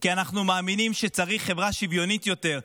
כי אנחנו מאמינים שצריך חברה שוויונית יותר,